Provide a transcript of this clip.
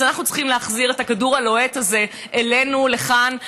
אז אנחנו צריכים להחזיר את הכדור הלוהט הזה אלינו לכאן,